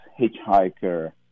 hitchhiker